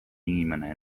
inimene